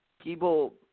People